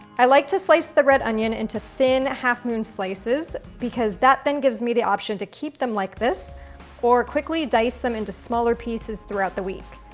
i like to slice the red onion into thin half moon slices because that then gives me the option to keep them like this or quickly dice them into smaller pieces throughout the week.